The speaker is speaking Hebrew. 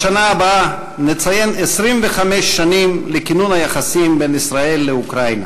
בשנה הבאה נציין 25 שנים לכינון היחסים בין ישראל לאוקראינה.